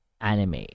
anime